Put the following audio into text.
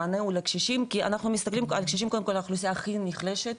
המענה הוא לקשישים כי אנחנו מסתכלים על קשישים כאוכלוסייה הכי נחלשת,